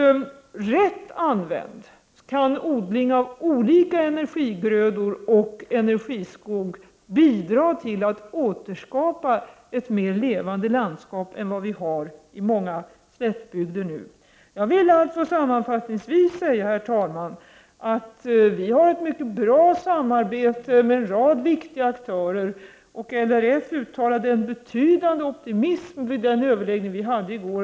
Rätt använd kan alltså odling av olika energigrödor och energiskog bidra till att återskapa ett mer levande landskap än vad vi nu har i många slättbygder. Jag vill sammanfattningsvis säga, herr talman, att vi har ett mycket bra samarbete med en rad viktiga aktörer. LRF uttalade en betydande optimism vid den överläggning vi hade i går.